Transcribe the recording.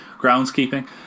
groundskeeping